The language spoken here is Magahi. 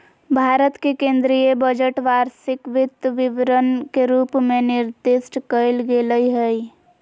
भारत के केन्द्रीय बजट वार्षिक वित्त विवरण के रूप में निर्दिष्ट कइल गेलय हइ